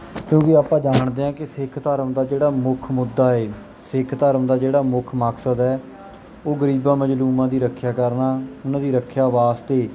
ਕਿਉਂਕਿ ਆਪਾਂ ਜਾਣਦੇ ਹਾਂ ਕਿ ਸਿੱਖ ਧਰਮ ਦਾ ਜਿਹੜਾ ਮੁੱਖ ਮੁੱਦਾ ਹੈ ਸਿੱਖ ਧਰਮ ਦਾ ਜਿਹੜਾ ਮੁੱਖ ਮਕਸਦ ਹੈ ਉਹ ਗਰੀਬਾਂ ਮਜ਼ਲੂਮਾਂ ਦੀ ਰੱਖਿਆ ਕਰਨਾ ਉਹਨਾਂ ਦੀ ਰੱਖਿਆ ਵਾਸਤੇ